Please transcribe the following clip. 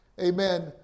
amen